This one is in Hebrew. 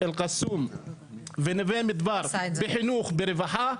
אל קסום ונווה מדבר בחינוך ורווחה,